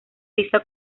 vista